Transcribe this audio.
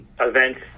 events